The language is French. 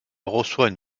reçoit